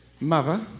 mother